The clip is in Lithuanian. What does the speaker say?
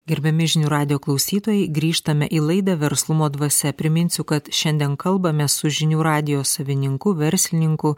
gerbiami žinių radijo klausytojai grįžtame į laidą verslumo dvasia priminsiu kad šiandien kalbame su žinių radijo savininku verslininku